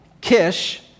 Kish